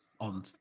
on